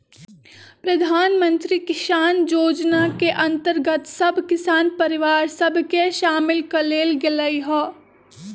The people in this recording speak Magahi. प्रधानमंत्री किसान जोजना के अंतर्गत सभ किसान परिवार सभ के सामिल क् लेल गेलइ ह